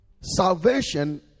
Salvation